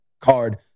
card